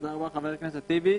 חברת הכנסת ח'טיב,